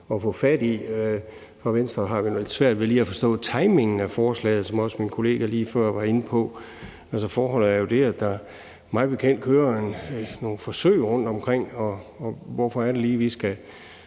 at få fat i. For Venstre har vi nu lidt svært ved lige at forstå timingen af forslaget, som min kollega lige før også var inde på. Forholdet er jo det, at der mig bekendt kører nogle forsøg rundtomkring, og hvorfor er det lige, vi skal